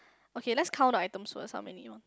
okay let's count the items first how many